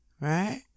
right